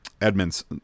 Edmonds